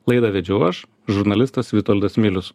laidą vedžiau aš žurnalistas vitoldas milius